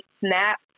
snap